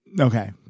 okay